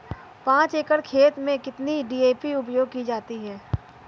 पाँच एकड़ खेत में कितनी डी.ए.पी उपयोग की जाती है?